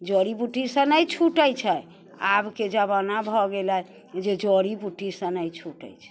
जड़ी बूटीसँ नहि छुटै छै आबके जमानाभऽ गेलै जे जड़ी बूटीसँ नहि छुटैए छै